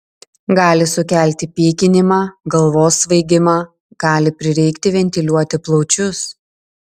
gali sukelti pykinimą galvos svaigimą gali prireikti ventiliuoti plaučius